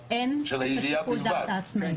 רשות הרישוי --- אין שיקול דעת עצמאי.